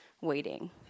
waiting